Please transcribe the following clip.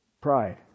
Pride